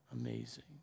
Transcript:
Amazing